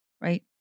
right